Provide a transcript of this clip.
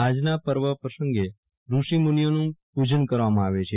આજના પર્વ પ્રસંગે ઋષિ મુનિઓનું પૂજન કરવામાં આવે છે